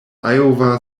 iowa